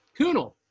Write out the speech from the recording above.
Kunal